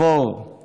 הצעה לסדר-היום.